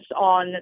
on